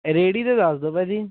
ਰੇਹੜੀ ਦੇ ਦੱਸ ਦਿਓ ਭਾਅ ਜੀ